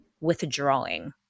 withdrawing